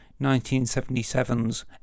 1977's